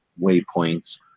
waypoints